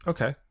Okay